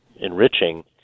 enriching